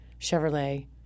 Chevrolet